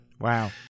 Wow